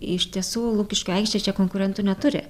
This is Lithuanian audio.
iš tiesų lukiškių aikštė čia konkurentų neturi